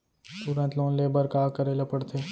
तुरंत लोन ले बर का करे ला पढ़थे?